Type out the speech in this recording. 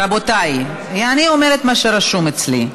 רבותיי, אני אומרת מה שרשום אצלי.